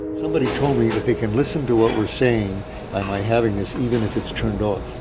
somebody told me that they can listen to what we're saying by my having this, even if it's turned off.